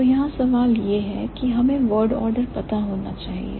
तो यहां सवाल यह है कि हमें word order पता होना चाहिए